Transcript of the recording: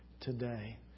today